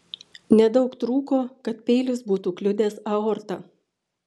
nedaug trūko kad peilis būtų kliudęs aortą